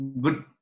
good